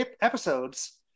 episodes